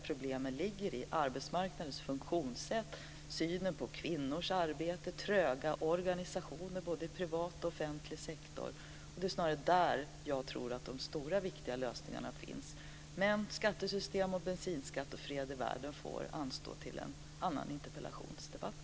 Problemet ligger i arbetsmarknadens funktionssätt, synen på kvinnors arbete samt tröga organisationer både i privat och i offentlig sektor. Det är snarare där jag tror att de stora och viktiga lösningarna finns. Skattesystem, bensinskatt och fred i världen får anstå till en annan interpellationsdebatt.